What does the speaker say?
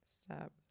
Stop